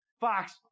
Fox